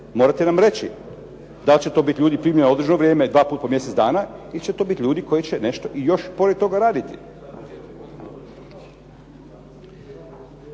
Morate nam reći da li će to biti ljudi primljeni na određeno vrijeme dva put po mjesec dana ili će to biti ljudi koji će nešto i još pored toga raditi.